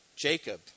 Jacob